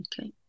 Okay